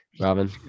Robin